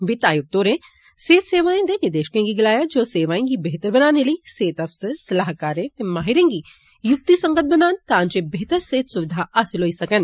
वित्त आयुक्त होरें सेहत सेवाएं दे निदेशकें गी गलाया जे ओ सेवाएं गी बेहतर बनाने लेई सेहत अफसर सलाहकारें ते माहिरें गी युक्तिसंगत बनान तां जे बेहतर सेहत स्विधां हासल होई सकन